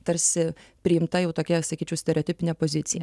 tarsi priimta jau tokia sakyčiau stereotipinė pozicija